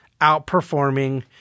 outperforming